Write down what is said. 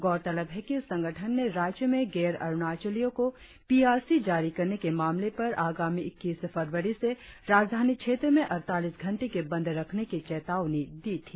गौरतलब है कि संगठन ने राज्य में गैर अरुणाचलियों को पी आर सी जारी करने के मामले पर आगामी इक्कीस फरवरी से राजधानी क्षेत्र में अड़तालीस घंटे के बंद रखने की चेतावनी दी थी